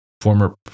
former